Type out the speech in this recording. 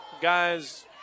guys